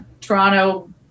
Toronto